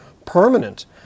permanent